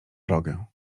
drogę